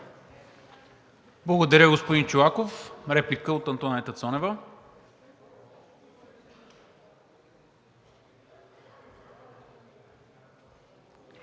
Благодаря, господин Чолаков. Реплика от Антоанета Цонева.